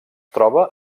troba